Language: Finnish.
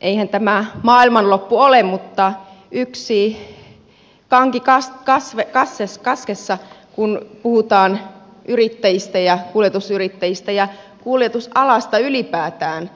eihän tämä maailmanloppu ole mutta yksi kanki kaskessa kun puhutaan yrittäjistä ja kuljetusyrittäjistä ja kuljetusalasta ylipäätään